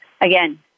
again